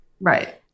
Right